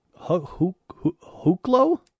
Huklo